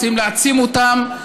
רוצים להעצים אותן,